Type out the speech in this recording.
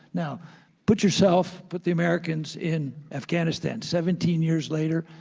now put yourself, put the americans in afghanistan. seventeen years later,